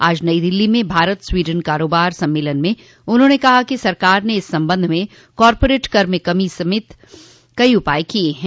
आज नई दिल्ली में भारत स्वीडन कारोबार सम्मेलन में उन्होंने कहा कि सरकार ने इस संबंध में कारपोरेट कर में कमी सहित कई उपाय किये हैं